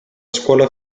scuola